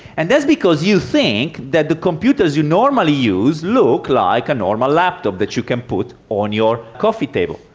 and that's because you think that the computers you normally use look like a normal laptop that you can put on your coffee table.